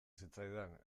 zitzaidan